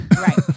Right